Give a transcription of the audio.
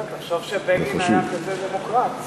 כן, תחשוב שבגין היה כזה דמוקרט.